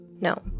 No